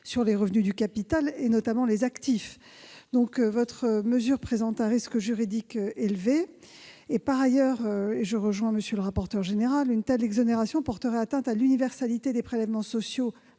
sur les revenus du capital, notamment les actifs. La mesure que vous proposez présente donc un risque juridique élevé. Par ailleurs, et je rejoins tout à fait M. le rapporteur général, une telle exonération porterait atteinte à l'universalité des prélèvements sociaux